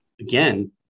again